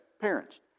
parents